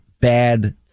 bad